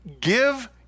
give